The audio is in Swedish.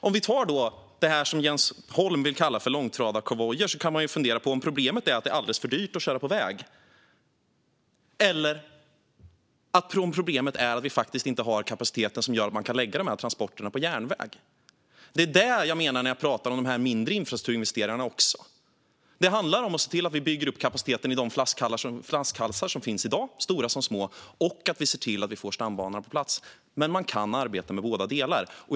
Om vi tar det som Jens Holm vill kalla för långtradarkonvojer kan man ju fundera på om problemet är att det är alldeles för dyrt att köra på järnväg, eller om problemet är att vi faktiskt inte har den kapacitet som gör att man kan lägga de här transporterna på järnväg. Det är det jag menar när jag pratar om de mindre infrastrukturinvesteringarna: Det handlar om att bygga upp kapaciteten i de flaskhalsar som finns i dag, stora som små, och att se till att vi får stambanorna på plats. Man kan arbeta med båda delarna.